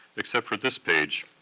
except for this page,